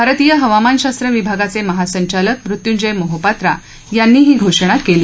भारतीय हवामानशास्त्र विभागाचे महासंचालक मृत्युंजय मोहोपात्रा यांनी ही घोषणा केली